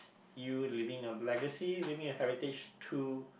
you leaving a legacy leaving a heritage to